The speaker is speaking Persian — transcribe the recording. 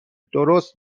درست